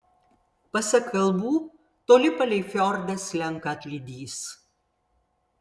pasak kalbų toli palei fjordą slenka atlydys